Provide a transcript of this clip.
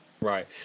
Right